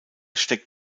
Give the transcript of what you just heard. steckt